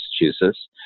Massachusetts